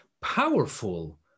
powerful